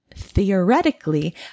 theoretically